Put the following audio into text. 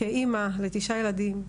וכאמא לתשעה ילדים,